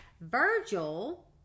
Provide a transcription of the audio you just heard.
Virgil